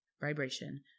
vibration